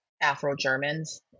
Afro-Germans